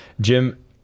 Jim